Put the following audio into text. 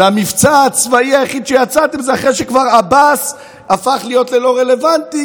המבצע הצבאי היחיד שיצאתם זה אחרי שעבאס הפך להיות לא רלוונטי,